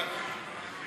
פטור מתשלום דמי